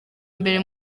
mbere